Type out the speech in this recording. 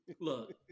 Look